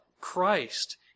Christ